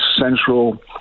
central